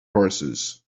horses